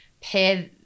pair